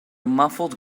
muffled